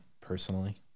personally